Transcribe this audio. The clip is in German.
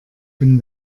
bin